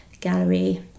gallery